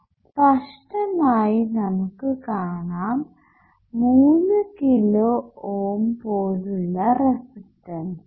സ്പഷ്ടമായി നമുക്ക് കാണാം 3 കിലോ Ω പോലുള്ള റെസിസ്റ്റൻസ്